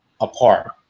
apart